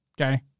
okay